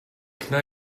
can